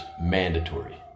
mandatory